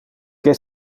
que